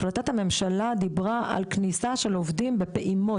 החלטת הממשלה דיברה על כניסה של עובדים בפעימות,